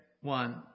one